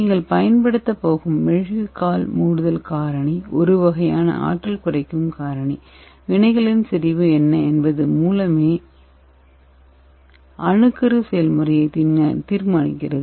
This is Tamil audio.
நீங்கள் பயன்படுத்தப் போகும் கேப்பிங் காரணி நீங்கள் பயன்படுத்தப் போகும் ஒரு வகையான ஆற்றல் குறைக்கும் காரணி வினைகளின் செறிவு என்ன என்பது மூலமே அணுக்கரு செயல்முறையை தீர்மானிக்கிறது